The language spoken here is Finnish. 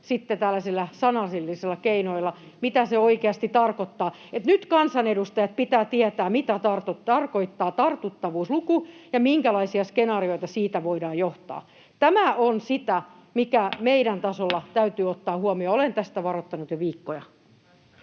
tällaisilla sanallisilla keinoilla, mitä se oikeasti tarkoittaa. Nyt, kansanedustajat, pitää tietää, mitä tarkoittaa tartuttavuusluku ja minkälaisia skenaarioita siitä voidaan johtaa. Tämä on sitä, mikä meidän tasolla täytyy ottaa huomioon, ja olen tästä varoittanut jo viikkoja.